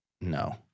No